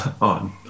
on